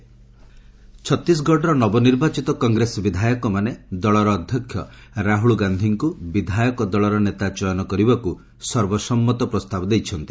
Chhattisgarh government formation ଛତିଶଗଡ଼ର ନବନିର୍ବାଚିତ କଗ୍ରେସ ବିଧାୟକମାନେ ଦଳର ଅଧ୍ୟକ୍ଷ ରାହୁଳ ଗାନ୍ଧୀଙ୍କୁ ବିଧାୟକ ଦଳର ନେତା ଚୟନ କରିବାକୁ ସର୍ବସମ୍ମତ ପ୍ରସ୍ତାବ ଦେଇଛନ୍ତି